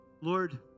Lord